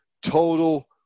total